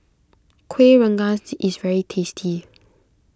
Kueh Rengas is very tasty